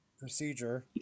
procedure